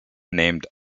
named